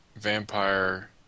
Vampire